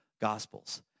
gospels